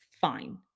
fine